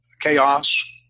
chaos